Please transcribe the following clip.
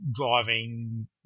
driving